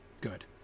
Good